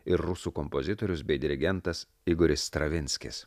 ir rusų kompozitorius bei dirigentas igoris stravinskis